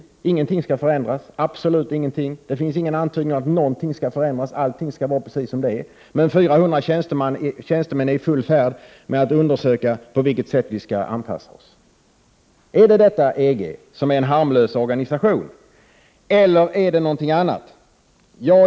Hon säger att ingenting, absolut ingenting, skall förändras. Det finns ingen antydan om att någonting skall förändras. Allting skall vara precis som det är. Men 400 tjänstemän är i full färd med att undersöka på vilket sätt vi skall anpassa oss. Är detta EG, en harmlös organisation, eller är det någonting annat?